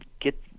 get